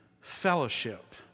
fellowship